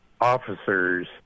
officers